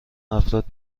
افراد